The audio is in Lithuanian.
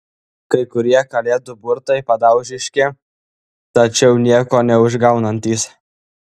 kai kurie kalėdų burtai padaužiški tačiau nieko neužgaunantys